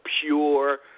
pure